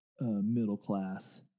middle-class